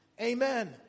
Amen